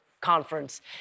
conference